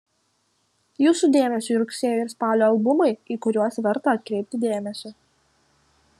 jūsų dėmesiui rugsėjo ir spalio albumai į kuriuos verta atkreipti dėmesį